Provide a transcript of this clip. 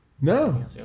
no